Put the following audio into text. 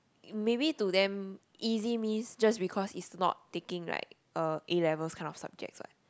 maybe to them easy means just because it's not taking like uh A levels kind of subject what